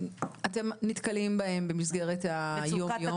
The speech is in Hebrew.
שאתם נתקלים בהן במסגרת היום יום,